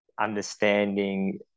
understanding